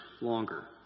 longer